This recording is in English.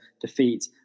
defeat